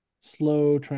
slow